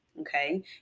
Okay